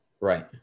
right